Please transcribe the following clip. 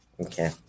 Okay